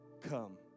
come